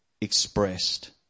expressed